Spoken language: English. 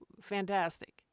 fantastic